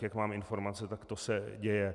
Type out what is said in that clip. Jak mám informace, tak to se děje.